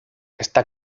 está